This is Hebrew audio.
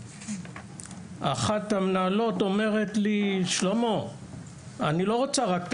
אחת המנהלות אמרה לי שהיא לא רוצה רק את